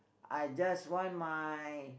I just want my